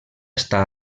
està